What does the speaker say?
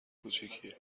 کوچیکیه